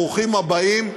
ברוכים הבאים,